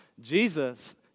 Jesus